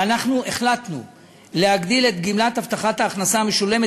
ואנחנו החלטנו להגדיל את גמלת הבטחת ההכנסה המשולמת